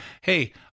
hey